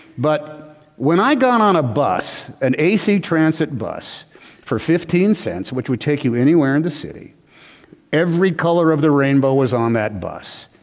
but when i got on a bus, an ac transit bus for fifteen cents, which would take you anywhere in the city every color of the rainbow was on that bus.